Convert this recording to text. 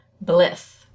Bliss